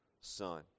son